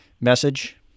message